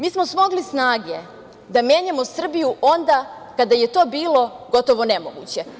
Mi smo smogli snage da menjamo Srbiju onda kada je to bilo gotovo nemoguće.